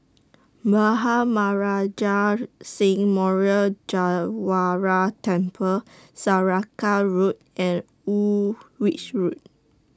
Bhai Maharaj Singh Memorial Gurdwara Temple Saraca Road and Woolwich Road